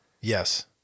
yes